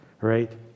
Right